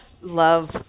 love